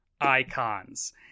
icons